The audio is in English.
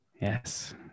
Yes